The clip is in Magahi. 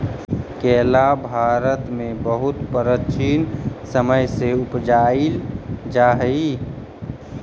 केला भारत में बहुत प्राचीन समय से उपजाईल जा हई